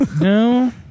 No